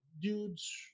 dudes